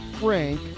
Frank